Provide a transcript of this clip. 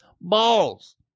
balls